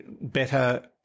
better